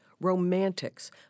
Romantics